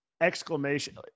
exclamation